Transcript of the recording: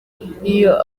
iyo